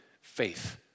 faith